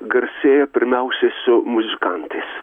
garsėjo pirmiausiai su muzikantais